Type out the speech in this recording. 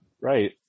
Right